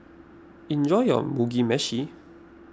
enjoy your Mugi Meshi